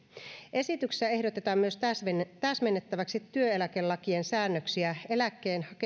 esityksessä ehdotetaan myös täsmennettäväksi työeläkelakien säännöksiä eläkkeen